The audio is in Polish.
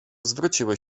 zwróciły